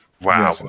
Wow